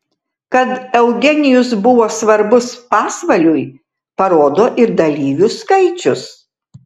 kad eugenijus buvo svarbus pasvaliui parodo ir dalyvių skaičius